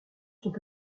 sont